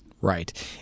Right